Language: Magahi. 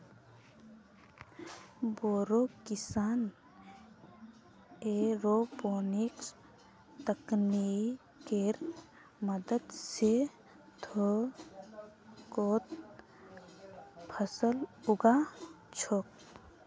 बोरो किसान एयरोपोनिक्स तकनीकेर मदद स थोकोत फल उगा छोक